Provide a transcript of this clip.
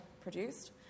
produced